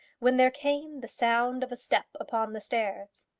when there came the sound of a step upon the stairs.